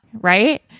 Right